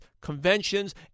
conventions